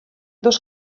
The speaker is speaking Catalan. dos